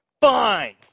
Fine